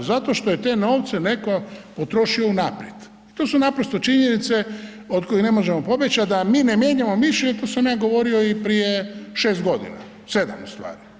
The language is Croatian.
Zato što je te novce neko potrošio unaprijed i to su naprosto činjenice od kojih ne možemo pobjeć, a da mi ne mijenjamo mišljenje, to sam ja govorio i prije 6.g., 7 u stvari.